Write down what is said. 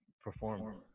perform